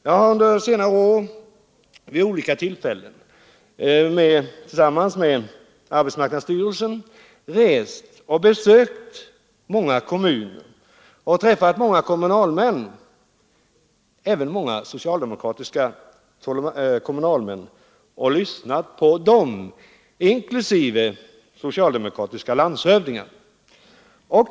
Jag har under senare år vid olika tillfällen tillsammans med representanter för arbetsmarknadsstyrelsen rest och besökt många kommuner och träffat många kommunalmän, även många socialdemokratiska kommunalmän, och lyssnat på dem — inklusive socialdemokratiska landshövdingar.